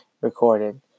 recorded